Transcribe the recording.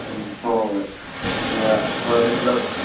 ꯎꯝ ꯍꯣꯏ ꯍꯣꯏ ꯍꯣꯏ ꯍꯣꯏ ꯑꯗꯨ ꯄꯨꯂꯞ